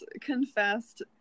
confessed